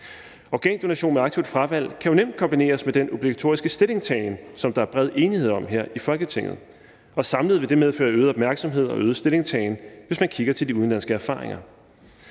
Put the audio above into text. Organdonation med aktivt fravalg kan jo nemt kombineres med den obligatoriske stillingtagen, som der er bred enighed om her i Folketinget. Og samlet vil det medføre øget opmærksomhed og øget stillingtagen, hvis man kigger på de udenlandske erfaringer.